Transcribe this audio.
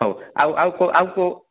ହଉ ଆଉ ଆଉ କେଉଁ ଆଉ କେଉଁ